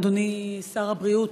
אדוני שר הבריאות,